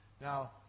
Now